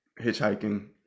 hitchhiking